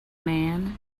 man